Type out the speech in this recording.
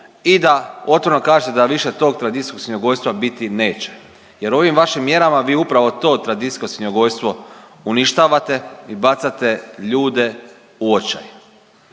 i da otvoreno kažete da više tog tradicijskog svinjogojstva biti neće jer ovim vašim mjerama vi upravo to tradicijsko svinjogojstvo uništavate i bacate ljude u očaj